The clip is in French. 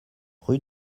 rue